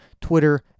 twitter